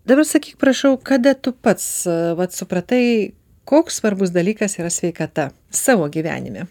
dabar sakyk prašau kada tu pats vat supratai koks svarbus dalykas yra sveikata savo gyvenime